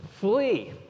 flee